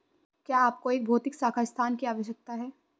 क्या आपको एक भौतिक शाखा स्थान की आवश्यकता है?